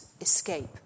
escape